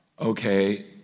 okay